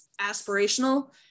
aspirational